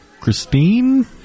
Christine